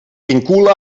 vincula